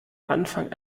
anfang